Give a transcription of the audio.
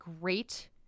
great